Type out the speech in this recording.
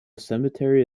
cemetery